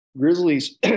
grizzlies